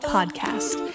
Podcast